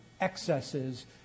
excesses